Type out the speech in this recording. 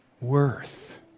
worth